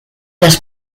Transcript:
las